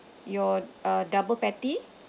your uh double patty